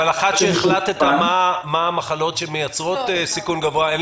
אבל אחרי שהחלטת מה המחלות שמייצרות סיכון גבוה אין